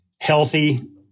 healthy